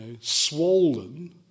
swollen